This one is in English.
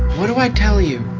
what do i tell you?